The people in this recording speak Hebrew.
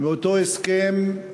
מאותו הסכם,